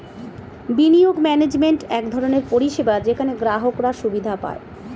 বিনিয়োগ ম্যানেজমেন্ট এক ধরনের পরিষেবা যেখানে গ্রাহকরা সুবিধা পায়